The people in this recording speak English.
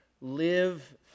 live